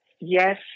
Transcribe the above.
yes